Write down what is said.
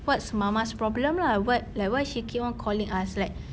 what's mama's problem lah what like why she keeps on calling us like